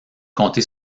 compter